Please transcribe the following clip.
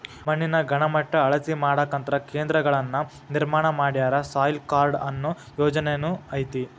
ಮಣ್ಣಿನ ಗಣಮಟ್ಟಾ ಅಳತಿ ಮಾಡಾಕಂತ ಕೇಂದ್ರಗಳನ್ನ ನಿರ್ಮಾಣ ಮಾಡ್ಯಾರ, ಸಾಯಿಲ್ ಕಾರ್ಡ ಅನ್ನು ಯೊಜನೆನು ಐತಿ